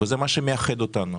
וזה מה שמייחד אותנו.